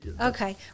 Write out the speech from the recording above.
Okay